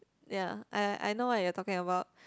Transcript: ya I I know what you're talking about